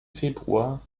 februar